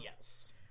Yes